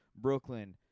Brooklyn